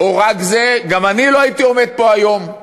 רק זה, גם אני לא הייתי עומד פה היום.